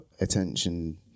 attention